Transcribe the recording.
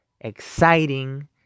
Exciting